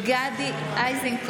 אינו נוכח גדי איזנקוט,